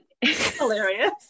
Hilarious